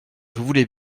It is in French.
voulez